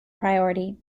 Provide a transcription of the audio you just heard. priority